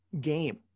game